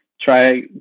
try